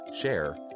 share